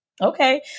Okay